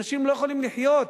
אנשים לא יכולים לחיות.